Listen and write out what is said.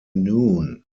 noon